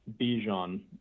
Bijan